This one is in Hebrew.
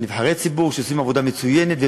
ונבחרי ציבור שעושים עבודה מצוינת לא